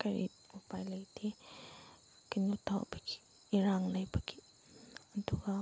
ꯀꯔꯤ ꯎꯄꯥꯏ ꯂꯩꯇꯦ ꯀꯩꯅꯣ ꯇꯧꯕꯒꯤ ꯏꯔꯥꯡ ꯂꯩꯕꯒꯤ ꯑꯗꯨꯒ